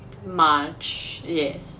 march yes